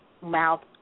mouth